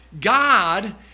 God